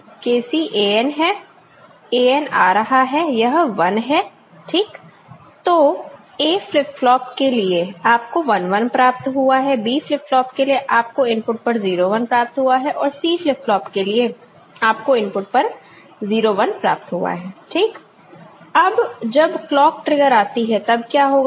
KC An है An आ रहा है यह 1 है ठीक तो A फ्लिप फ्लॉप के लिए आपको 11 प्राप्त हुआ है B फ्लिप फ्लॉप के लिए आपको इनपुट पर 0 1 प्राप्त हुआ है और C फ्लिप फ्लॉप के लिए आपको इनपुट पर 0 1 प्राप्त हुआ है ठीक अब जब क्लॉक ट्रिगर आती है तब क्या होगा